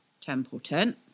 Templeton